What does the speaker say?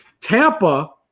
Tampa